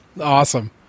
Awesome